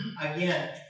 Again